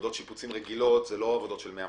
עבודות שיפוצים רגילות זה לא עבודות של 100,